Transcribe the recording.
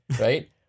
Right